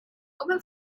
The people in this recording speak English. open